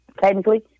Technically